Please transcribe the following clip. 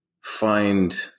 find